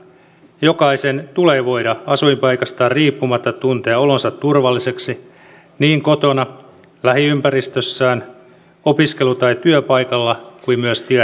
jokaisen tulee voida asuinpaikastaan riippumatta tuntea olonsa turvalliseksi niin kotona lähiympäristössään opiskelu tai työpaikalla kuin tien päällä